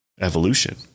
evolution